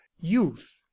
youth